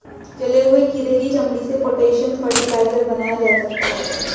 जले हुए खीरे की चमड़ी से पोटेशियम फ़र्टिलाइज़र बनाया जा सकता है